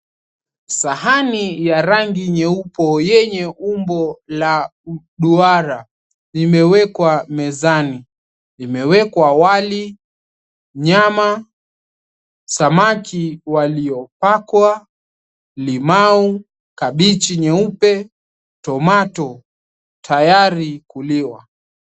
Sahani yenye rangi yeupe na umbo la duara limewwekwa mezani limewekwa wali, nyama, samaki walio pakwa, limau, kabeji nyeupe tomato tayari kuliwa.